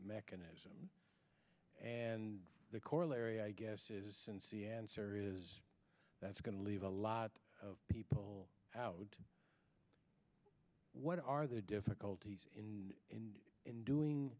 mechanism and the corollary i guess is since the answer is that's going to leave a lot of people out would what are the difficulties in in doing